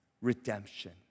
redemption